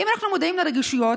אם אנחנו מודעים לרגישויות,